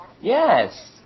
Yes